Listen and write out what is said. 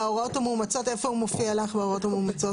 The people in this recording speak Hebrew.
להוראות המאומצות איפה הוא מופיע לך בהוראות המאומצות?